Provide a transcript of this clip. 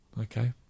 Okay